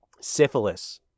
Syphilis